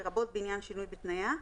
לרבות בעניין שינוי בתנאיה,